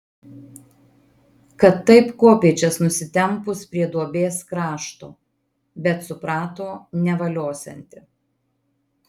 kad taip kopėčias nusitempus prie duobės krašto bet suprato nevaliosianti